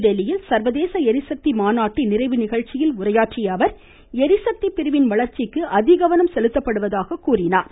புதுதில்லியில் சர்வதேச ளிசக்தி மாநாட்டின் நிறைவுநிகழ்ச்சியில் இன்று உரையாற்றிய அவர் ளிசக்தி பிரிவின் வளர்ச்சிக்கு அதிகவனம் செலுத்தப்படுவதாக குறிப்பிட்டார்